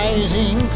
Rising